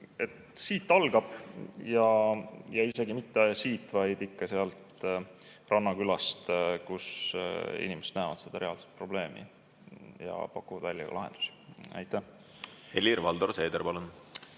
Siit algab, ja isegi mitte ainult siit, vaid ikka sealt rannakülast, kus inimesed näevad reaalset probleemi ja pakuvad välja ka lahendusi. Aitäh!